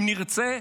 אם נרצה,